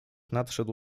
nadszedł